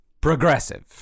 progressive